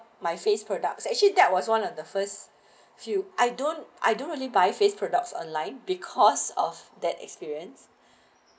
my face products actually that was one of the first few I don't I don't really buy face products online because of that experience